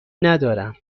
ندارم